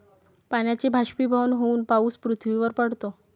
पाण्याचे बाष्पीभवन होऊन पाऊस पृथ्वीवर पडतो